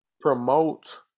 promote